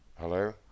Hello